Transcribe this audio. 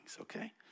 okay